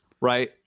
right